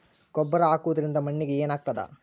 ಗೊಬ್ಬರ ಹಾಕುವುದರಿಂದ ಮಣ್ಣಿಗೆ ಏನಾಗ್ತದ?